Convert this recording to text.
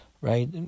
right